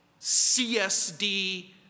CSD